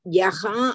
yaha